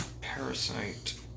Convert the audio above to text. Parasite